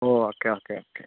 oh okay okay okay